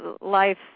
life